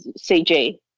CG